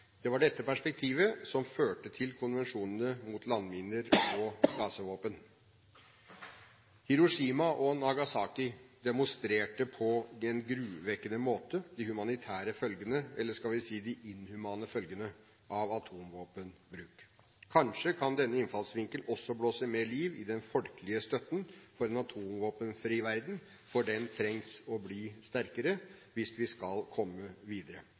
Det var dette perspektivet som førte til konvensjonene mot landminer og klasevåpen. Hiroshima og Nagasaki demonstrerte på en gruvekkende måte de humanitære – eller skal vi si de inhumane – følgene av atomvåpenbruk. Kanskje kan denne innfallsvinkelen også blåse mer liv i den folkelige støtten for en atomvåpenfri verden, for den trenger å bli sterkere hvis vi skal komme videre